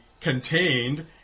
contained